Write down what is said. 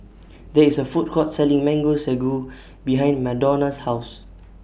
There IS A Food Court Selling Mango Sago behind Madonna's House